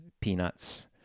peanuts